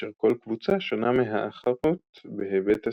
כאשר כל קבוצה שונה מהאחרות בהיבט הסיכון.